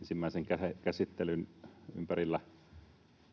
ensimmäisen käsittelyn ympärillä